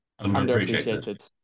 Underappreciated